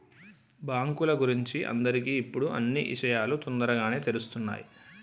బాంకుల గురించి అందరికి ఇప్పుడు అన్నీ ఇషయాలు తోందరగానే తెలుస్తున్నాయి